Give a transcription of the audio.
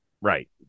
right